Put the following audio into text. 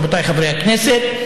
רבותיי חברי הכנסת,